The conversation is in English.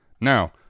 Now